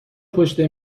پشت